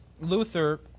Luther